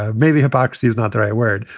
ah maybe hypocrisy is not the right word,